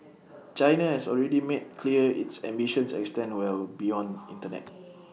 China has already made clear its ambitions extend well beyond Internet